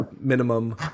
minimum